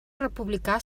republicà